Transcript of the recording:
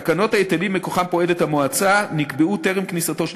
תקנות ההיטלים שמכוחן פועלת המועצה נקבעו טרם כניסתו של